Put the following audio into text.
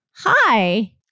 Hi